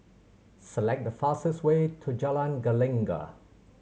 select the fastest way to Jalan Gelegar